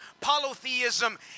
polytheism